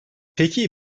peki